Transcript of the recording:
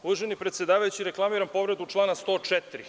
Uvaženi predsedavajući, reklamiram povredu člana 104.